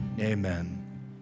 Amen